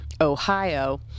Ohio